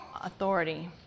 authority